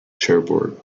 cherbourg